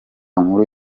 nkuru